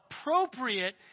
appropriate